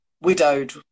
widowed